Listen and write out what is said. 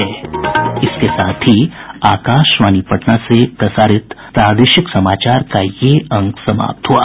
इसके साथ ही आकाशवाणी पटना से प्रसारित प्रादेशिक समाचार का ये अंक समाप्त हुआ